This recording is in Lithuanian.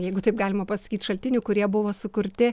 jeigu taip galima pasakyt šaltinių kurie buvo sukurti